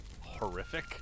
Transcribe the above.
horrific